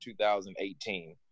2018